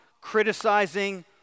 criticizing